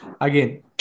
again